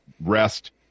rest